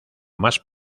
más